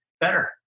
better